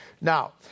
Now